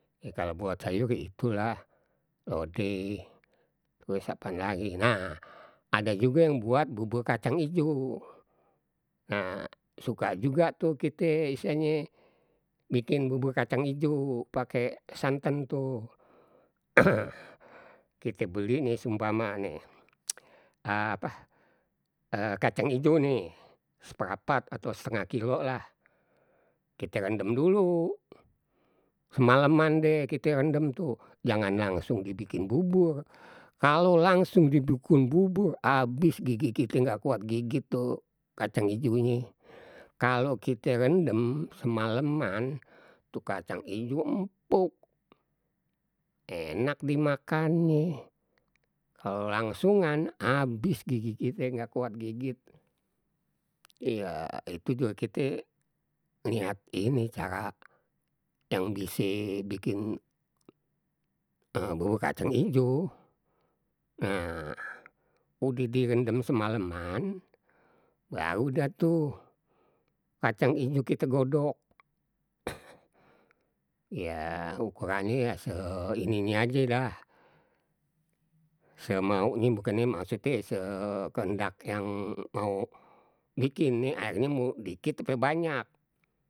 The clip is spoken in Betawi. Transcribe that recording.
Kalau buat sayur itulah lodeh terus apaan lagi, nah ada juga yang buat bubur kacang ijo, nah suka juga tu kite istilahnye bikin bubur kacang ijo pake santen tuh, kite beli ni seumpama nih apa kacang ijo nih seprapat atau setengah kilo lah kite rendem dulu, semaleman deh kie rendem tuh jangan langsung dibikin bubur, kalau langsung dibikin bubur abis gigi kite nggak kuat gigit tuh kacang ijonye, kalau kite rendem semaleman tu kacang ijo empuk, enak dimakannye, kalau langsungan abis gigi kite nggak kuat gigit iya itu juga kite ngliat ini cara yang bise bikin bubur kacang ijo. Nah udeh direndem semaleman baru dah tuh kacang ijo kite godok ya ukurannye ya seini ini aje dah, semaunye bukannye maksudte sekehendak yang mau bikin aernye mau dikit ape banyak.